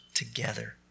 Together